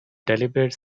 deliberate